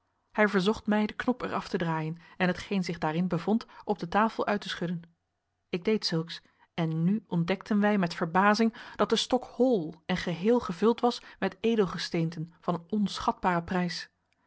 hij verzocht mij den knop er af te draaien en hetgeen zich daarin bevond op de tafel uit te schudden ik deed zulks en nu ontdekten wij met verbazing dat de stok hol en geheel gevuld was met edelgesteenten van een onschatbaren prijs